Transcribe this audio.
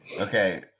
Okay